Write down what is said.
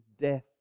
death